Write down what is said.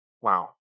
wow